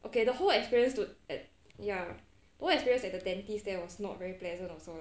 okay the whole experience to at ya more experience at the dentist there was not very pleasant also lah